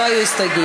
לא היו הסתייגויות.